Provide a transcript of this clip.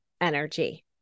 energy